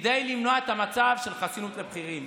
כדי למנוע את המצב של חסינות לבכירים.